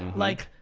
like,